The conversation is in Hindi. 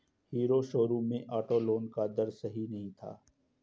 हीरो शोरूम में ऑटो लोन का दर सही नहीं था